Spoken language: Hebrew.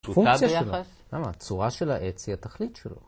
פונקציה שלו, -למה, הצורה של העץ היא התכלית שלו.